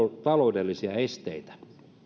taloudellisia esteitä